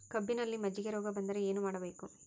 ಕಬ್ಬಿನಲ್ಲಿ ಮಜ್ಜಿಗೆ ರೋಗ ಬಂದರೆ ಏನು ಮಾಡಬೇಕು?